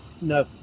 No